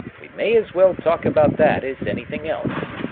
we may as well talk about that as anything else.